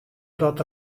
dat